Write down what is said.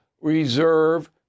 reserve